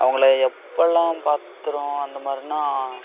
அவங்கள எப்போல்லாம் பாத்திருக்கோம் அந்த மாதிரின்னா